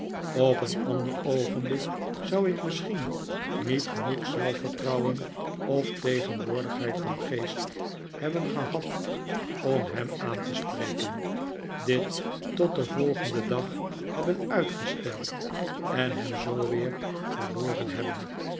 op een ander oogenblik zou ik misschien niet genoeg zelfvertrouwen of tegenwoordigheid van geest hebben gehad om hem aan te spreken dit tot den volgenden dag hebben uitgesteld en hem zoo weer verloren hebben